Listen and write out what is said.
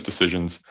decisions